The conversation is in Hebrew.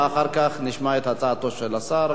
ואחר כך נשמע את הצעתו של השר.